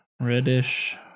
Reddish